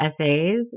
essays